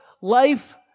life